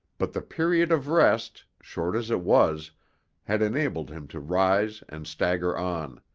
but the period of rest short as it was had enabled him to rise and stagger on.